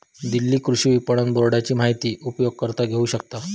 दिल्ली कृषि विपणन बोर्डाची माहिती उपयोगकर्ता घेऊ शकतत